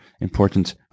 important